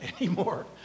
anymore